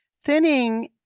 Thinning